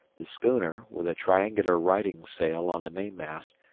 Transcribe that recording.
the schooner, with a triangular riding-sail on the mainmast,